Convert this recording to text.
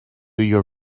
your